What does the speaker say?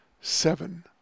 seven